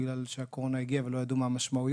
בגלל שהקורונה הגיעה ולא ידעו מה המשמעויות.